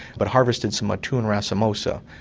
but harvested some atun racemosa,